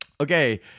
Okay